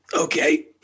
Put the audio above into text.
okay